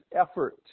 effort